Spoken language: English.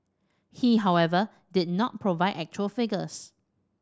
he however did not provide actual figures